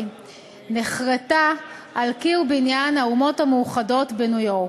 נחרטה על קיר בניין האומות המאוחדות בניו-יורק: